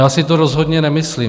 Já si to rozhodně nemyslím.